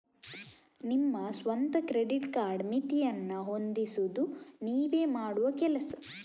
ನಿಮ್ಮ ಸ್ವಂತ credit card ಮಿತಿಯನ್ನ ಹೊಂದಿಸುದು ನೀವೇ ಮಾಡುವ ಕೆಲಸ